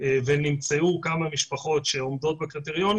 ונמצאו כמה משפחות שעומדות בקריטריונים,